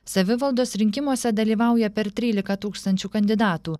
savivaldos rinkimuose dalyvauja per trylika tūkstančių kandidatų